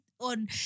on